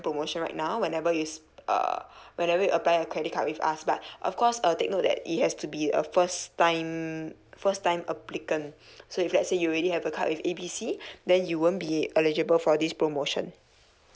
promotion right now whenever you uh whenever you apply a credit card with us but of course uh take note that it has to be a first time first time applicant so if let's say you already have a card with A B C then you won't be eligible for this promotion